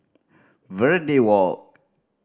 Verde Walk